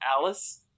Alice